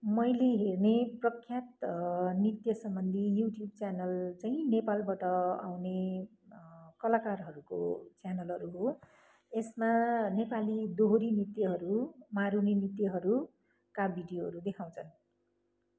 मैले हेर्ने प्रख्यात नृत्य सम्बन्धी युट्युब च्यानल चाहिँ नेपालबाट आउने कलाकारहरूको च्यानलहरू हो यसमा नेपाली दोहोरी नृत्यहरू मारुनी नृत्यहरूका भिडियोहरू देखाउँछन्